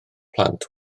plant